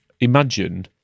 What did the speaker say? Imagine